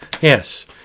Yes